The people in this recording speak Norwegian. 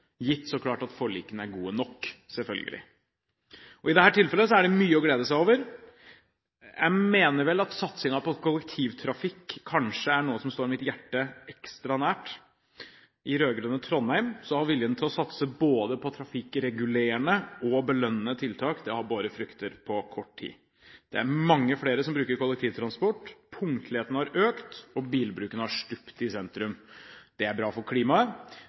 gitt at forlikene er gode nok. I dette tilfellet er det mye å glede seg over. Jeg mener at satsingen på kollektivtrafikk kanskje er noe som står mitt hjerte ekstra nært. I rød-grønne Trondheim har viljen til å satse både på trafikkregulerende og på belønnende tiltak båret frukter på kort tid. Det er mange flere som bruker kollektivtransport, punktligheten har økt, og bilbruken har stupt i sentrum. Det er bra for klimaet,